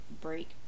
break